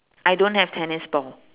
I don't have tennis ball